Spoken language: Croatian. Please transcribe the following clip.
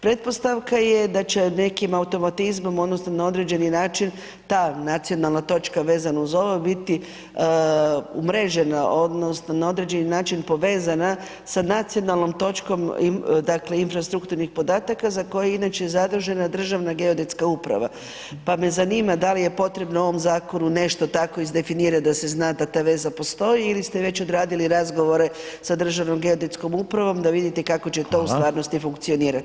Pretpostavka je da će nekim automatizmom odnosno na određeni način ta nacionalna točka vezano uz ovo biti umrežena, odnosno na određeni način povezana sa nacionalnom točkom, dakle infrastrukturnih podataka za koje inače zadužena Državna geodetska uprava, pa me zanima da li je potrebno ovom zakonu nešto tako izdefinirati da se zna da ta veza postoji ili ste već odradili razgovore sa Državnom geodetskom upravom da vidite kako će [[Upadica Reiner: Hvala.]] to u stvarnosti funkcionirati.